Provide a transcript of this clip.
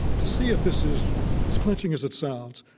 to see if this is as clinching as it sounds,